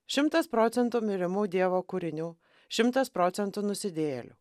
šimtas procentų mylimų dievo kūrinių šimtas procentų nusidėjėlių